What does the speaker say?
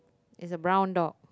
is a brown dog